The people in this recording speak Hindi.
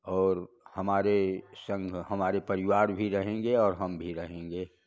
और हमारे संग हमारे परिवार भी रहेंगे और हम भी रहेंगे